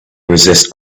resist